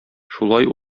шулай